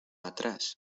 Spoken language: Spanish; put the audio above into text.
atrás